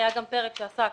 היה גם פרק שעסק